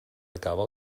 acaba